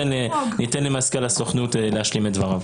ניתן למזכ"ל הסוכנות להשלים את דבריו.